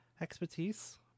expertise